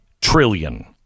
trillion